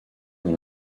dans